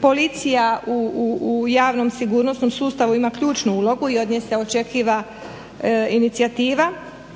policija u javnom sigurnosnom sustavu ima ključnu ulogu i od nje se očekuje inicijativa